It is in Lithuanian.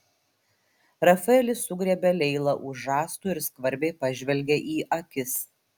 rafaelis sugriebė leilą už žastų ir skvarbiai pažvelgė į akis